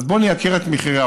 אז בואו נייקר את האוכל,